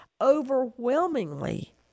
Overwhelmingly